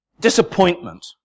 disappointment